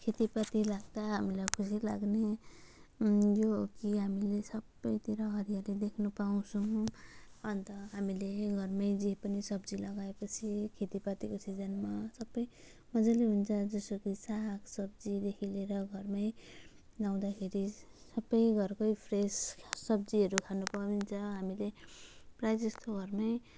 खेतीपाती लाग्दा हामीलाई खुसी लाग्ने यो हो कि हामीले सबैतिर हरियाली देख्न पाउँछौँ अन्त हामीले घरमै जे पनि सब्जी लगाएपछि खेतीपातीको सिजनमा सबै मजाले हुन्छ जस्तो कि सागसब्जीदेखि लिएर घरमै लगाउँदाखेरि सबै घरकै फ्रेस सब्जीहरू खान पाइन्छ हामीले प्रायःजस्तो घरमै